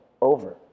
over